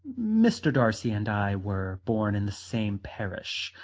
mr. darcy and i were born in the same parish.